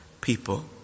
people